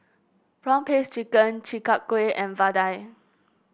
prawn paste chicken Chi Kak Kuih and vadai